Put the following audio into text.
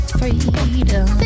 freedom